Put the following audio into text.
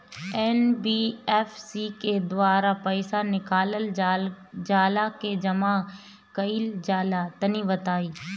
NBFC के द्वारा पईसा निकालल जला की जमा कइल जला तनि बताई?